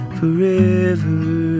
forever